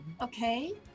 Okay